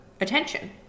attention